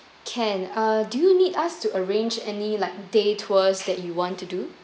can uh do you need us to arrange any like day tours that you want to do